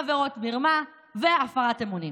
עבירות מרמה והפרת אמונים.